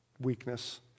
weakness